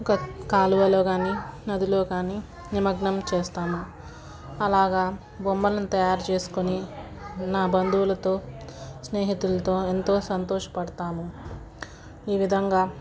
ఒక కాలువలో కానీ నదిలో కానీ నిమగ్నం చేస్తాము అలాగా బొమ్మలను తయారు చేసుకొని నా బంధువులతో స్నేహితులతో ఎంతో సంతోష పడతాము ఈవిధంగా